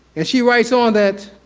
and she writes on that,